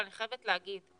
אבל אני חייבת להגיד,